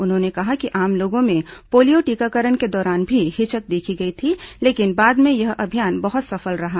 उन्होंने कहा कि आम लोगों में पोलियो टीकाकरण के दौरान भी हिचक देखी गई थी लेकिन बाद में यह अभियान बहुत सफल रहा